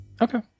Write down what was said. Okay